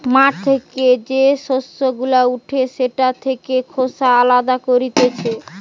মাঠ থেকে যে শস্য গুলা উঠে সেটা থেকে খোসা আলদা করতিছে